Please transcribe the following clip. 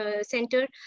center